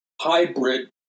hybrid